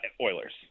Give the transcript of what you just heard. Oilers